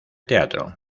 teatro